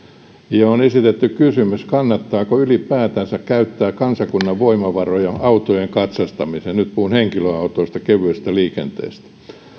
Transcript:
ja on esitetty kysymys kannattaako ylipäätänsä käyttää kansakunnan voimavaroja autojen katsastamiseen nyt puhun henkilöautoista kevyestä liikenteestä